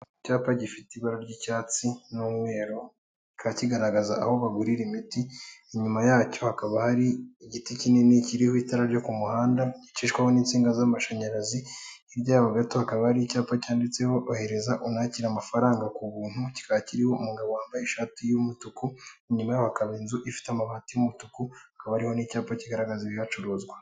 Icyapa gifite ibara ry'icyatsi n'umweru bikaba kigaragaza aho bagurira imiti, inyuma yacyo hakaba hari igiti kinini kiriho itara ryo ku muhanda gicishwaho n'insinga z'amashanyarazi ibyabo gato akaba ari icyapa cyanditseho ohereza unakire amafaranga ku buntu kikaba kiriho umugabo wambaye ishati y'umutuku, inyuma hakaba inzu ifite amabati y'umutuku akabari n'icyapa kigaragaza ibihacururizwa.